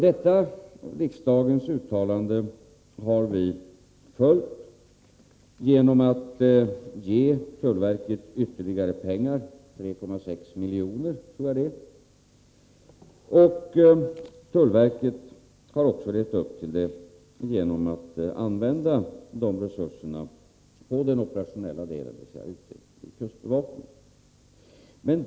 Detta riksdagens uttalande har vi följt genom att ge tullverket ytterligare pengar — 3,6 milj.kr. tror jag att det är. Tullverket har också levt upp till detta genom att använda de resurserna på den operationella delen, dvs. i kustbevakningen.